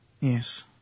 Yes